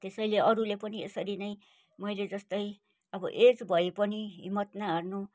त्यसैले अरूले पनि यसरी नै मैले जस्तै अब एज भए पनि हिम्मत नहार्नु